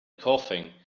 coughing